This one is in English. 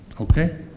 okay